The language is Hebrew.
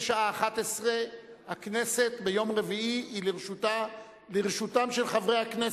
בשעה 11:00 הכנסת ביום רביעי היא לרשותם של חברי הכנסת,